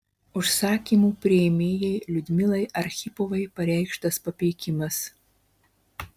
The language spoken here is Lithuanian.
užsakymų priėmėjai liudmilai archipovai pareikštas papeikimas